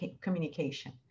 Communication